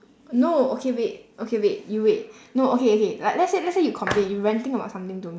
no okay wait okay wait you wait no okay okay like let's say let's say you complain you ranting about something to me